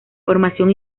formación